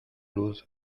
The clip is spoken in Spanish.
luz